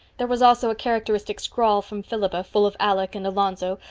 there was also a characteristic scrawl from philippa, full of alec and alonzo,